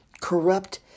corrupt